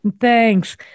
Thanks